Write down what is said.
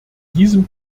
diesem